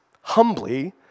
humbly